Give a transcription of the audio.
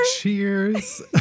Cheers